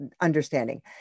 understanding